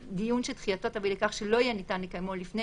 (2)דיון שדחייתו תביא לכך שלא יהיה ניתן לקיימו לפני